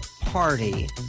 party